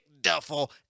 duffel